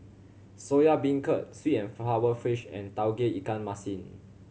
Soya Beancurd sweet and sour fish and Tauge Ikan Masin